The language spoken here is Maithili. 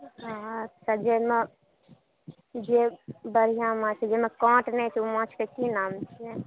अच्छा जाहिमे जे बढ़िऑं माछ जाहिमे काँट नहि होइ छै ओहि माछकेँ की नाम छै